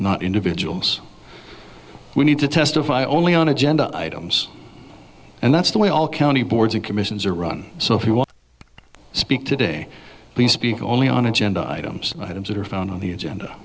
not individuals we need to testify only on agenda items and that's the way all county boards and commissions are run so if you want to speak today we speak only on agenda items items that are found on the agenda